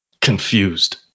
confused